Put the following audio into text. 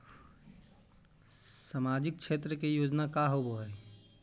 सामाजिक क्षेत्र के योजना का होव हइ?